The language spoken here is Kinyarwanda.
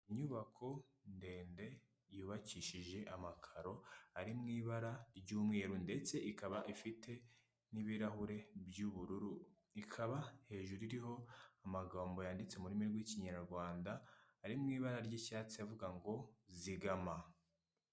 Inyubako ndende yubakishije amakaro ari mu ibara ry'umweru ndetse ikaba ifite n'ibirahure by'ubururu. Ikaba hejuru iriho amagambo yanditse mu ururimi rw'ikinyarwanda ari mu ibara ry'icyatsi avuga ngo zigama.